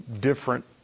different